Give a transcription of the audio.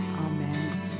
Amen